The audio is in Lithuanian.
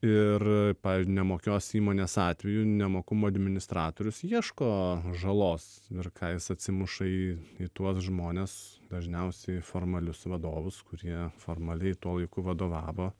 ir pavyzdžiui nemokios įmonės atveju nemokumo administratorius ieško žalos ir ką jis atsimuša į į tuos žmones dažniausiai formalius vadovus kurie formaliai tuo laiku vadovavo